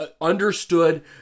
understood